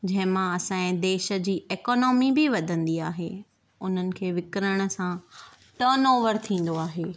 जंहिं मां असांजे देश जी एकॉनमी बि वधंदी आहे हुननि खे विकिणण सां टर्न ओवर थींदो आहे